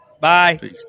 Bye